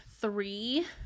Three